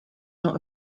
not